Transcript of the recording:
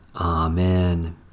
Amen